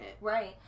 Right